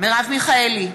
מרב מיכאלי,